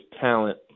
talent